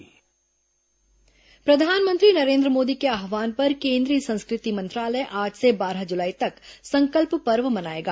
संकल्प पर्व पौधरोपण प्रधानमंत्री नरेन्द्र मोदी के आहवान पर केन्द्रीय संस्कृ ित मंत्रालय आज से बारह जुलाई तक संकल्प पर्व मनाएगा